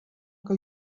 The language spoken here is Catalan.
que